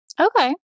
Okay